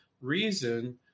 reason